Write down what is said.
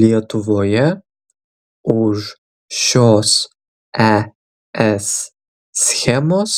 lietuvoje už šios es schemos